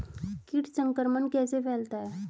कीट संक्रमण कैसे फैलता है?